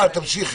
למגרשים,